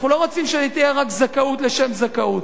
אנחנו לא רוצים שתהיה רק זכאות לשם זכאות.